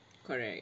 correct